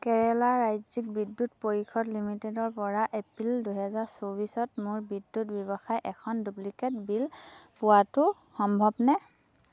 কেৰেলা ৰাজ্যিক বিদ্যুৎ পৰিষদ লিমিটেডৰপৰা এপ্ৰিল দুহেজাৰ চৌবিছত মোৰ বিদ্যুৎ ব্যৱহাৰৰ এখন ডুপ্লিকেট বিল পোৱাটো সম্ভৱনে